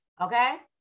Okay